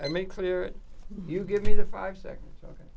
i make clear you give me the five seconds ok